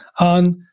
on